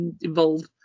involved